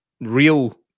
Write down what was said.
real